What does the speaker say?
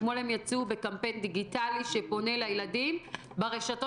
אתמול הם יצאו בקמפיין דיגיטלי שפונה לילדים ברשתות